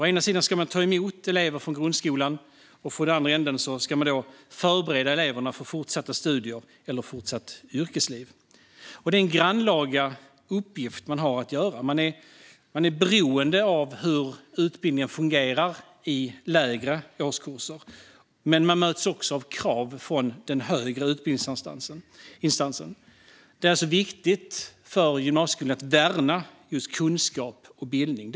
Å ena sidan ska den ta emot elever från grundskolan, och å andra sidan ska den förbereda eleverna för fortsatta studier eller yrkesliv. Det är en grannlaga uppgift man har. Man är beroende av hur utbildningen fungerar i lägre årskurser, men man möts också av krav från den högre utbildningsinstansen. Det är alltså viktigt för gymnasieskolan att värna just kunskap och bildning.